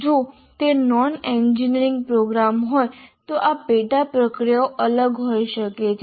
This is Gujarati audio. જો તે નોન એન્જિનિયરિંગ પ્રોગ્રામ હોય તો આ પેટા પ્રક્રિયાઓ અલગ હોઈ શકે છે